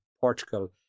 Portugal